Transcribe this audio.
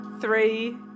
three